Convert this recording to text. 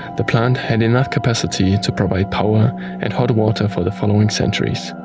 the plant had enough capacity to provide power and hot water for the following centuries.